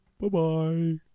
Bye-bye